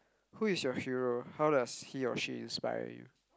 who is your hero how does he or she inspire you